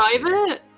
private